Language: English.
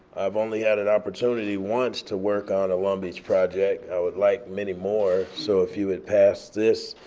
i've only had an opportunity once to work on a long beach project. i would like many more. so if you would pass this,